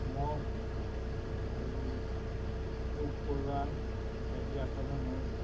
মহ আৰু পোক পৰুৱা ইত্যাদিৰ আক্ৰমণ হয়